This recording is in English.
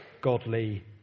godly